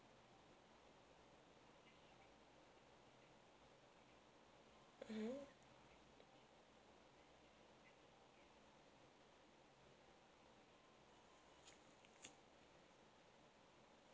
uhuh